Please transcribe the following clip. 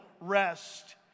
rest